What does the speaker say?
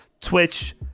Twitch